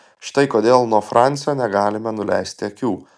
štai kodėl nuo fransio negalime nuleisti akių